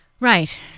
Right